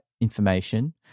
information